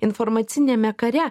informaciniame kare